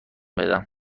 بدم